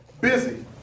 Busy